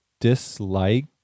dislike